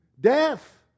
Death